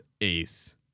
Ace